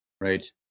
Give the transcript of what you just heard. Right